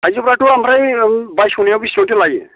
थाइजौफ्राथ' ओमफ्राय बायस'नायाव बेसेबांथो लायो